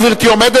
אם גברתי עומדת,